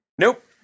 Nope